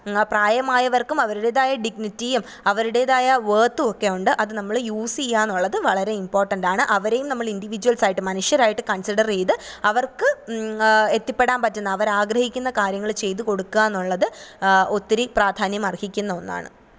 പ്രായമായവര്ക്കും അവരുടേതായ ഡിഗ്നിറ്റിയും അവരുടേതായ വേർത്ത് ഒക്കെയുണ്ട് അത് നമ്മൾ യൂസ് ചെയ്യുക എന്നുള്ളത് വളരെ ഇമ്പോട്ടൻ്റ് ആണ് അവരെയും നമ്മൾ ഇന്റിവിജ്വല്സ് ആയിട്ട് മനുഷ്യരായിട്ട് കണ്സിഡർ ചെയ്ജ് അവര്ക്ക് എത്തിപ്പെടാന് പറ്റുന്ന അവർ ആഗ്രഹിക്കുന്ന കാര്യങ്ങൾ ചെയ്ത് കൊടുക്കുക എന്നുള്ളത് ഒത്തിരി പ്രാധാന്യം അര്ഹിക്കുന്ന ഒന്നാണ്